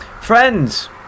Friends